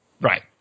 right